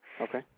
okay